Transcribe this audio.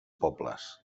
pobles